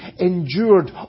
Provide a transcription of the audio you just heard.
endured